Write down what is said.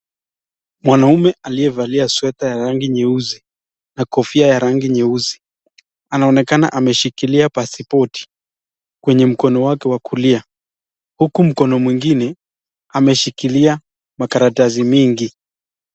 Mwanaume aliyevalia sweta ya rangi nyeusi na kofia ya rangi nyeusi anaonekana ameshikilia pasipoti kwenye mkono wake wa kulia huku mkono mwingine ameshikilia makaratasi mingi.